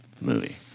movie